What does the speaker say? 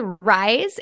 Rise